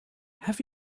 have